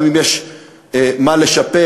גם אם יש מה לשפר,